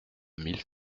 mille